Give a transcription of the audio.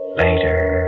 later